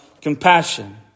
compassion